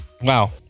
Wow